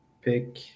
pick